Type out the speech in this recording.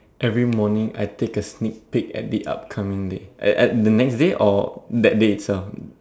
every morning I take a sneak peak at the upcoming day at the next day or that day itself